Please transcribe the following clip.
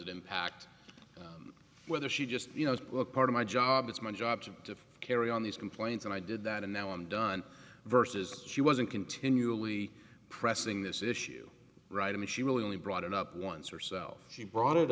it impact whether she just you know it's a part of my job it's my job to carry on these complaints and i did that and now i'm done versus she wasn't continually pressing this issue right and she really only brought it up once herself she brought it